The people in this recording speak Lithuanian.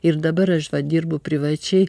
ir dabar aš dirbu privačiai